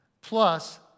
plus